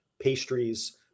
pastries